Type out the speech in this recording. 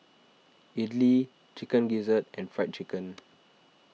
Idly Chicken Gizzard and Fried Chicken